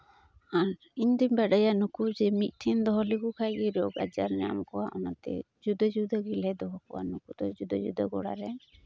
ᱟᱨ ᱤᱧᱫᱚᱧ ᱵᱟᱰᱟᱭᱟ ᱱᱩᱠᱩ ᱡᱮ ᱢᱤᱫ ᱴᱷᱮᱱ ᱫᱚᱦᱚ ᱞᱮᱠᱚ ᱠᱷᱟᱱ ᱜᱮ ᱨᱳᱜᱽ ᱟᱡᱟᱨ ᱧᱟᱢ ᱠᱚᱣᱟ ᱚᱱᱟᱛᱮ ᱡᱩᱫᱟᱹ ᱡᱩᱫᱟᱹ ᱜᱮᱞᱮ ᱫᱚᱦᱚ ᱠᱚᱣᱟ ᱱᱩᱠᱩ ᱫᱚ ᱡᱩᱫᱟᱹ ᱡᱩᱫᱟᱹ ᱜᱚᱲᱟᱨᱮ